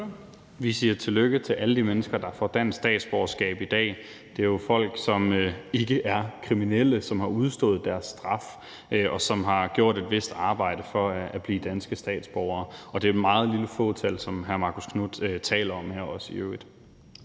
Vi siger tillykke til alle de mennesker, der får dansk statsborgerskab i dag. Det er jo folk, som ikke er kriminelle, som har udstået deres straf, og som har gjort et vist arbejde for at blive danske statsborgere. Det er i øvrigt også et meget lille fåtal, som hr. Marcus Knuth taler om her. Kl.